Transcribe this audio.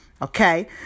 Okay